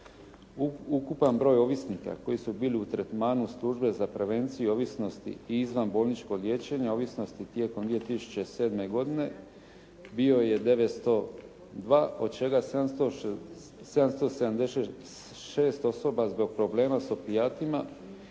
Ukupan broj ovisnika koji su bili u tretmanu službe za prevenciju ovisnosti i izvanbolničko liječenje ovisnosti tijekom 2007. godine, bio je 902 od čega 776 osoba zbog problema s opijatima